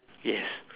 yes